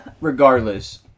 Regardless